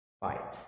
fight